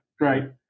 right